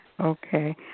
Okay